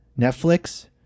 Netflix